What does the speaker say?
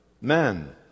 man